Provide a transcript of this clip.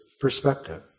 perspective